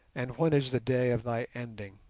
and when is the day of thy ending?